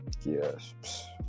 yes